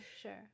sure